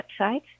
website